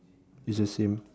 its the same